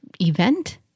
event